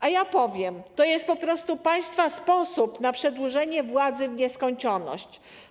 A ja powiem tak: to jest po prostu państwa sposób na przedłużenie władzy w nieskończoność.